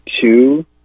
two